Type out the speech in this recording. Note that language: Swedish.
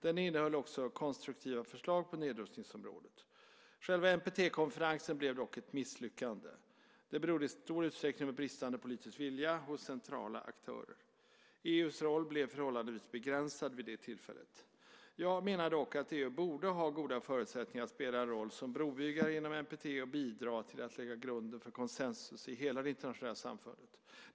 Den innehöll också konstruktiva förslag på nedrustningsområdet. Själva NPT-konferensen blev dock ett misslyckande. Det berodde i stor utsträckning på bristande politisk vilja hos centrala aktörer. EU:s roll blev förhållandevis begränsad vid det tillfället. Jag menar dock att EU borde ha goda förutsättningar att spela en roll som brobyggare inom NPT och bidra till att lägga grunden för konsensus i hela det internationella samfundet.